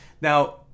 Now